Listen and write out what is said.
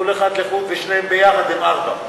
כל אחד לחוד ושניהם ביחד הם ארבעה.